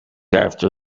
after